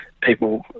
people